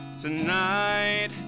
tonight